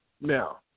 Now